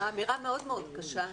אמירה מאוד מאוד קשה.